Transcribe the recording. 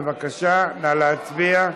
בבקשה נא להצביע.